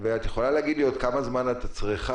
את יכולה להגיד לי עוד כמה זמן את צריכה,